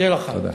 תודה.